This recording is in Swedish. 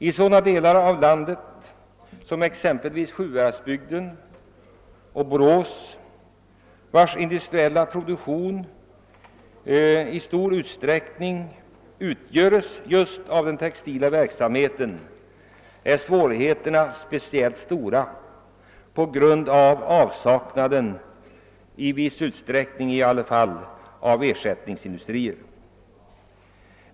I sådana delar av landet som Sjuhäradsbygden och Borås, vars industriella produktion i stor utsträckning utgörs just av textil verksamhet, är svårigheterna speciellt stora. Man saknar i viss utsträckning ersättningsindustrier.